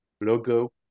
logo